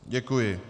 Děkuji.